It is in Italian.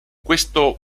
questo